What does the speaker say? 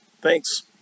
Thanks